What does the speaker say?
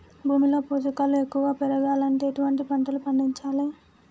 భూమిలో పోషకాలు ఎక్కువగా పెరగాలంటే ఎటువంటి పంటలు పండించాలే?